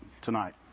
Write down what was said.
tonight